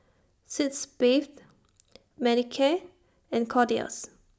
Sitz Bath Manicare and Kordel's